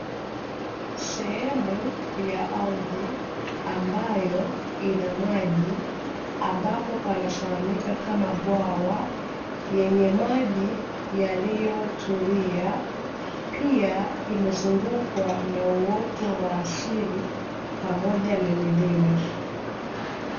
Sehemu ya ardhi ambayo ina maji, ambapo panafahamika kama bwawa yenye maji yaliyotulia, pia imezungukwa na uoto wa asili pamoja na milima.